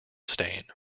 stain